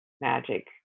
magic